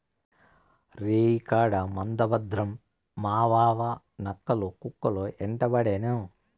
రేయికాడ మంద భద్రం మావావా, నక్కలు, కుక్కలు యెంటపడేను